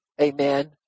Amen